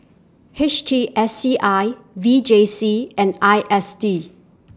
H T S C I V J C and I S D